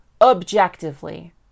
objectively